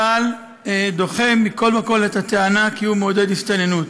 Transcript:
צה"ל דוחה מכול וכול את הטענה כי הוא מעודד הסתננות.